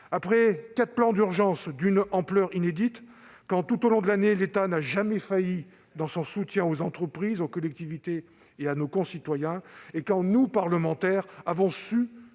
que quatre plans d'urgence d'une ampleur inédite ont été mis en oeuvre, que l'État n'a jamais failli dans son soutien aux entreprises, aux collectivités, à nos concitoyens, et que nous, parlementaires, avons su